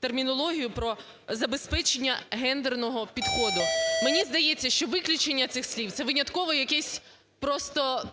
термінологію про забезпечення гендерного підходу, мені здається, що виключення цих слів це винятково якесь просто